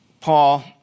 Paul